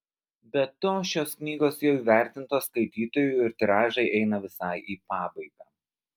be to šios knygos jau įvertintos skaitytojų ir tiražai eina visai į pabaigą